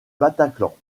bataclan